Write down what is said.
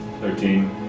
Thirteen